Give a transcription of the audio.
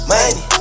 Money